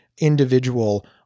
individual